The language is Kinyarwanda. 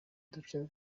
duce